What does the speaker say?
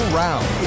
round